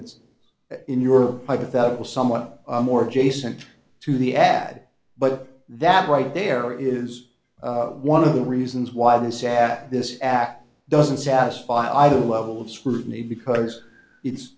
that's in your hypothetical somewhat more adjacent to the ad but that right there is one of the reasons why the sat this act doesn't satisfy the level of scrutiny because it's